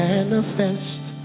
Manifest